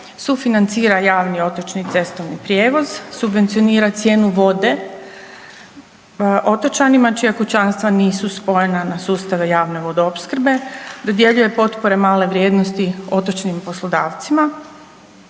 sufinancira javni otočni i cestovni prijevoz, subvencionira cijenu vode otočanima čija kućanstva nisu spojena na sustave javne vodoopskrbe, dodjeljuje potpore male vrijednosti otočnim poslodavcima,